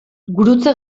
gurutze